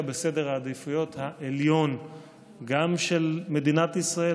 בסדר העדיפויות העליון גם של מדינת ישראל,